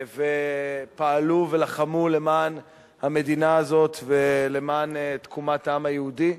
ופעלו ולחמו למען המדינה הזאת ולמען תקומת העם היהודי.